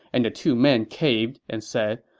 and the two men caved and said,